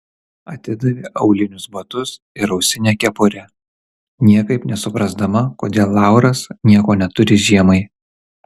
atidavė aulinius batus ir ausinę kepurę niekaip nesuprasdama kodėl lauras nieko neturi žiemai